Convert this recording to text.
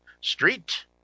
Street